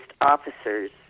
officers